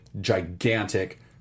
gigantic